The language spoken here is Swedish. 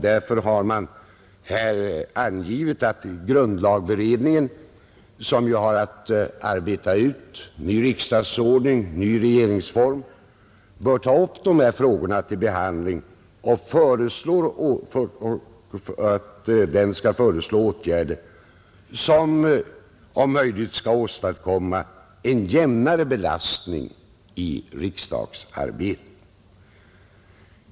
Därför har man här angivit att grundlagberedningen, som har«att arbeta ut ny riksdagsordning och ny regeringsform, bör ta upp dessa frågor till behandling och föreslå åtgärder som om möjligt skall åstadkomma en jämnare belastning i riksdagsarbetet.